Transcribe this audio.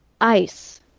ICE